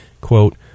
quote